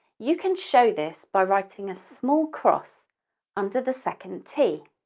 you can show this by writing a small cross under the second t